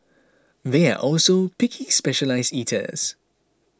they are also picky specialised eaters